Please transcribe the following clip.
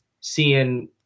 seeing